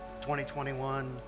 2021